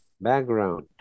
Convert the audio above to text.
background